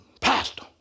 Pastor